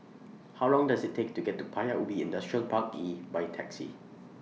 How Long Does IT Take to get to Paya Ubi Industrial Park E By Taxi